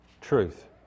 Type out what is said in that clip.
Truth